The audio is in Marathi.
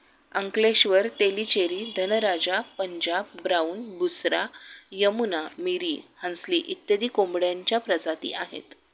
अंकलेश्वर, तेलीचेरी, धनराजा, पंजाब ब्राऊन, बुसरा, यमुना, मिरी, हंसली इत्यादी कोंबड्यांच्या प्रजाती आहेत